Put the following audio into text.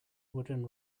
wooden